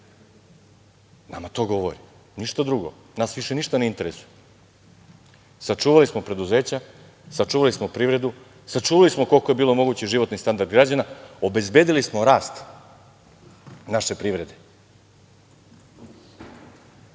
nama to govori, ništa drugo, nas više ništa ne interesuje. Sačuvali smo privredu, sačuvali smo koliko je bilo moguće životni standard građana, obezbedili smo rast naše privrede.